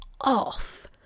off